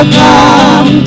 come